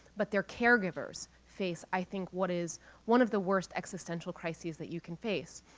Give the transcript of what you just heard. but their caregivers face i think what is one of the worst existential crises that you can face.